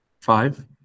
five